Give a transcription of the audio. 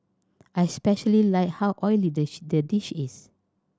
I especially like how oily the dish is